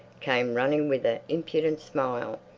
came running with an impudent smile.